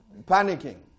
Panicking